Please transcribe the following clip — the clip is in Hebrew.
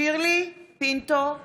שירלי פינטו קדוש,